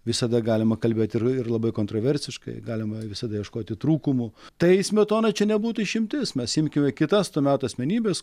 visada galima kalbėti ir ir labai kontroversiškai galima visada ieškoti trūkumų tai smetona čia nebūtų išimtis mes imkime kitas to meto asmenybes